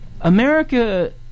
america